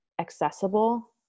accessible